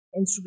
Instagram